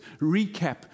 recap